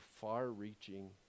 far-reaching